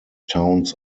towns